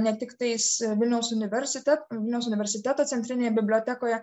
ne tiktais vilniaus universitet vilniaus universiteto centrinėje bibliotekoje